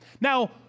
Now